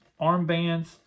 armbands